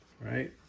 right